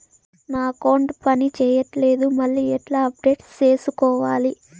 నా అకౌంట్ పని చేయట్లేదు మళ్ళీ ఎట్లా అప్డేట్ సేసుకోవాలి?